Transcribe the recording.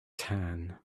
tan